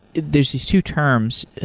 there's these two terms,